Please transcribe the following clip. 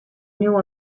knew